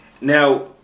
Now